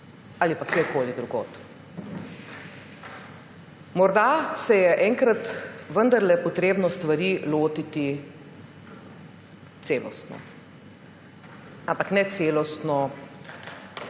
ali pa kjerkoli drugod. Morda se je enkrat vendarle potrebno stvari lotiti celostno. Ampak ne celostno,